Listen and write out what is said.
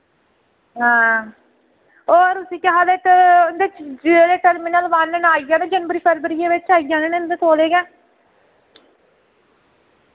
हां और उस्सी केह् आखदे इक उं'दे जेह्ड़े टर्मिनल वन न आई जाने जनवरी फरवरी दे बिच आई जाने न इं'दे तौले गै